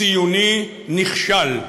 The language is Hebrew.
ציוני: נכשל.